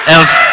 Else